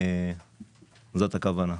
זאת הכוונה.